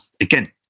again